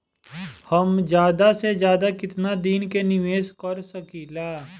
हम ज्यदा से ज्यदा केतना दिन के निवेश कर सकिला?